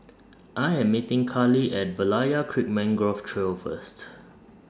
I Am meeting Karli At Berlayer Creek Mangrove Trail First